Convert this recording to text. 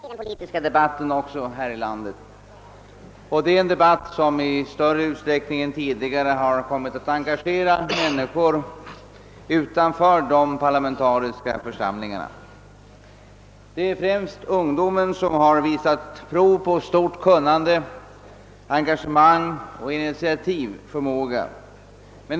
Herr talman! Vi har under de'senaste åren kunnat notera en större politisk aktivitet. Debatten har i större utsträck-: ning än tidigare kommit att engagera människor utanför de parlamentariska församlingarna. Det gäller främst ungdomen som också visat prov på stort kunnande, engagemang och initiativförmåga.